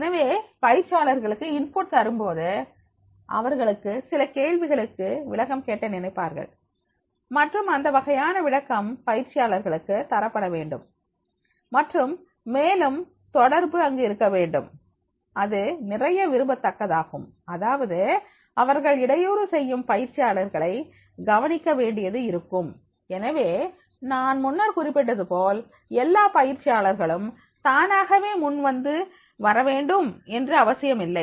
எனவே பயிற்சியாளர்களுக்கு இன்புட் தரும்போது அவர்களுக்கு சில கேள்விகளுக்கு விளக்கம் கேட்க நினைப்பார்கள் மற்றும் அந்த வகையான விளக்கம் பயிற்சியாளர்களுக்கு தரப்படவேண்டும் மற்றும் மேலும் மேலும் தொடர்பு அங்கு இருக்கவேண்டும் அது நிறைய விரும்பத்தக்கதாகும் அதாவது அவர்கள் இடையூறு செய்யும் பயிற்சியாளர்களை கவனிக்க வேண்டியது இருக்கும் எனவே நான் முன்னர் குறிப்பிட்டது போல் எல்லா பயிற்சியாளர்களும் தானாகவே முன்வந்து வரவேண்டும் என்று அவசியமில்லை